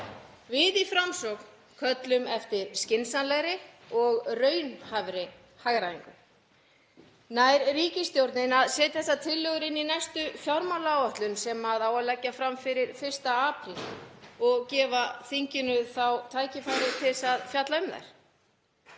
Við í Framsókn köllum eftir skynsamlegri og raunhæfri hagræðingu. Nær ríkisstjórnin að setja þessar tillögur inn í næstu fjármálaáætlun, sem á að leggja fram fyrir 1. apríl, og gefa þinginu þá tækifæri til að fjalla um þær?